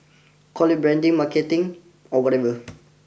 call it branding marketing or whatever